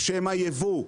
בשם הייבוא,